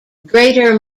greater